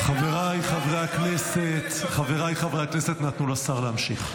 --- חבריי חברי הכנסת, נא תנו לשר להמשיך.